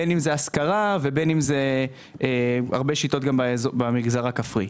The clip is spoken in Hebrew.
בין אם זה השכרה ובין אם זה הרבה שיטות גם במגזר הכפרי.